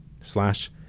slash